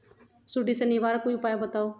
सुडी से निवारक कोई उपाय बताऊँ?